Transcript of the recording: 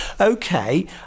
Okay